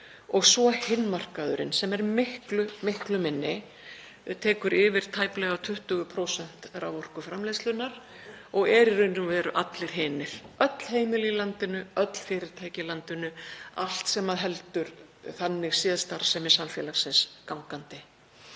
og svo hinn markaðurinn, sem er miklu minni, tekur yfir tæplega 20% raforkuframleiðslunnar og er í raun og veru allir hinir, öll heimilin í landinu, öll fyrirtæki í landinu, allt sem heldur þannig séð starfsemi samfélagsins gangandi.